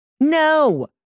No